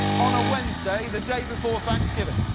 on a wednesday, the day before thanksgiving?